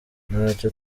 ntacyo